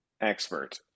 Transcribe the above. expert